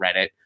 Reddit